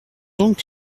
donc